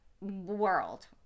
world